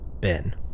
Ben